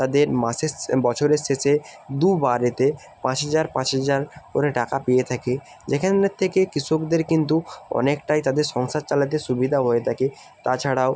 তাদের মাসের শে বছরের শেষে দু বারেতে পাঁচ হাজার পাঁচ হাজার করে টাকা পেয়ে থাকে যেখানের থেকে কৃষকদের কিন্তু অনেকটাই তাদের সংসার চালাতে সুবিধা হয়ে থাকে তাছাড়াও